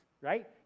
right